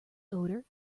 odor